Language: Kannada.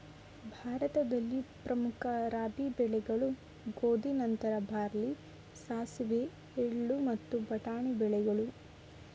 ಭಾರತದಲ್ಲಿ ಪ್ರಮುಖ ರಾಬಿ ಬೆಳೆಗಳು ಗೋಧಿ ನಂತರ ಬಾರ್ಲಿ ಸಾಸಿವೆ ಎಳ್ಳು ಮತ್ತು ಬಟಾಣಿ ಬೆಳೆಗಳು